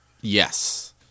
Yes